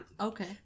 Okay